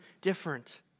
different